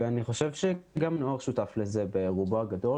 אני חושב שגם הנוער שותף לזה ברובו הגדול.